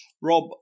Rob